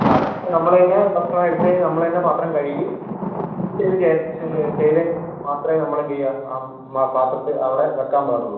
അ അത് ഇപ്പോൾ നമ്മൾ തന്നെ ഭക്ഷണം എടുത്ത് കഴിഞ്ഞു നമ്മൾ തന്നെ പാത്രം കഴുകി ക്ലീൻ ചെയ്തതിനുശേഷം മാത്രമേ നമ്മൾ എന്താ ചെയ്യുക ആ പാത്രം എടുത്ത് അവിടെ വെക്കാൻ പാടുള്ളൂ